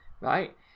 right